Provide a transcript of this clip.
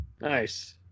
Nice